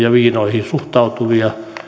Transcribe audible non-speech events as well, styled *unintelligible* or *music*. *unintelligible* ja viinoihin suhtautuvia